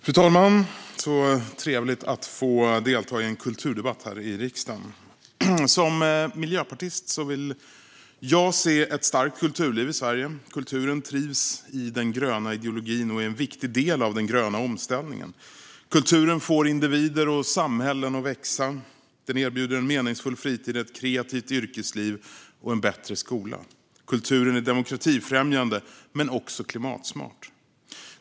Fru talman! Så trevligt att få delta i en kulturdebatt i riksdagen! Som miljöpartist vill jag se ett starkt kulturliv i Sverige. Kulturen trivs i den gröna ideologin och är en viktig del av den gröna omställningen. Kulturen får individer och samhällen att växa, och den erbjuder en meningsfull fritid, ett kreativt yrkesliv och en bättre skola. Kulturen är demokratifrämjande men också klimatsmart.